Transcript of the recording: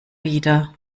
wieder